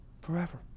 forever